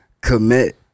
commit